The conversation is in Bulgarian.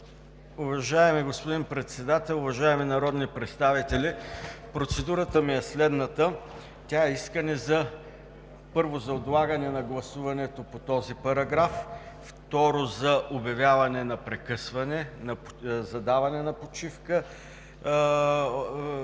Уважаеми господин Председател, уважаеми народни представители! Процедурата ми е следната. Тя е искане, първо, за отлагане на гласуването по този параграф, второ, за обявяване на прекъсване – за даване на почивка